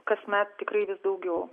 kasmet tikrai vis daugiau